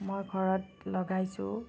মই ঘৰত লগাইছোঁ